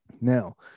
now